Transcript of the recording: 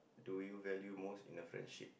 do you value most in a friendship